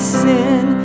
sin